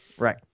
right